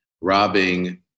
Robbing